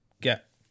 get